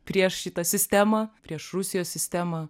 prieš šitą sistemą prieš rusijos sistemą